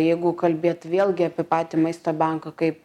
jeigu kalbėt vėlgi apie patį maisto banką kaip